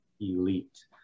elite